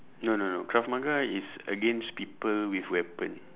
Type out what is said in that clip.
no no no krav maga is against people with weapon